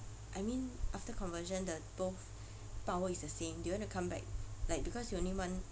I mean after conversion the both power is the same do you want to come back like because you only want